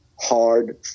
hard